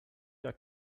jak